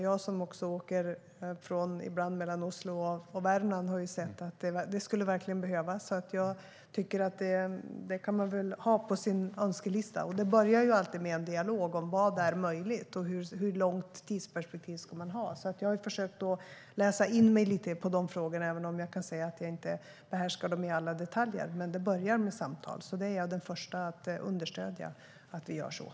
Jag som ibland åker mellan Oslo och Värmland har ju sett att det verkligen skulle behövas, så detta är något som jag tycker att man kan ha på sin önskelista. Det börjar alltid med en dialog om vad som är möjligt och hur långt tidsperspektiv man ska ha. Jag har försökt läsa in mig lite på de frågorna, även om jag inte behärskar dem i alla detaljer. Men det börjar med samtal, och jag är den första att understödja att de sker.